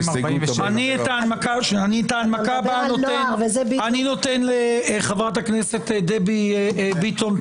247. את ההנמקה הבאה אני נותן לחברת הכנסת דבי ביטון,